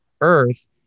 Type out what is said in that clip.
earth